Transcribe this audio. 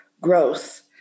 growth